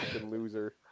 loser